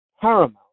paramount